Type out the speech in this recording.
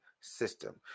System